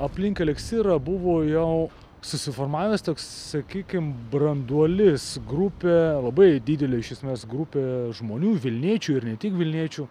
aplink eliksyrą buvo jau susiformavęs toks sakykim branduolys grupė labai didelė iš esmės grupė žmonių vilniečių ir ne tik vilniečių